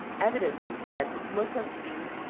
evidences that it must have been,